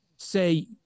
say